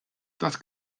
das